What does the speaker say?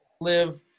live